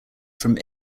from